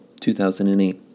2008